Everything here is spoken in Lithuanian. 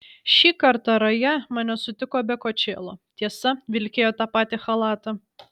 šį kartą raja mane sutiko be kočėlo tiesa vilkėjo tą patį chalatą